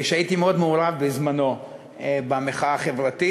הייתי מאוד מעורב בזמני במחאה החברתית,